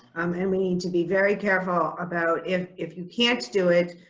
um and we need to be very careful about if if you can't do it,